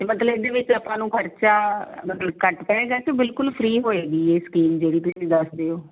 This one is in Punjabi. ਅਤੇ ਮਤਲਬ ਇਹਦੇ ਵਿੱਚ ਆਪਾਂ ਨੂੰ ਖਰਚਾ ਮਤਲਬ ਘੱਟ ਪਏਗਾ ਕਿ ਬਿਲਕੁਲ ਫਰੀ ਹੋਏਗੀ ਇਹ ਸਕੀਮ ਜਿਹੜੀ ਤੁਸੀਂ ਦੱਸਦੇ ਹੋ